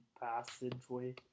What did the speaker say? passageway